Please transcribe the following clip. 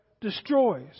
destroys